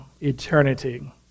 eternity